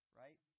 right